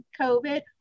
COVID